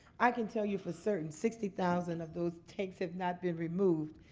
i can tell you for certain sixty thousand of those tanks have not been removed,